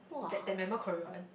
that that member Korea one